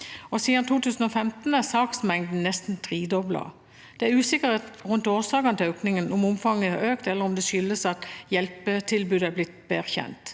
Siden 2015 er saksmengden nesten tredoblet. Det er usikkerhet rundt årsakene til økningen – om omfanget har økt, eller om det skyldes at hjelpetilbudet er blitt bedre kjent.